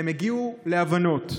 והם הגיעו להבנות,